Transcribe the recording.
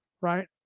Right